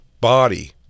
Body